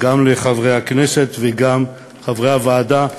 גם לחברי הכנסת וגם לחברי הוועדה,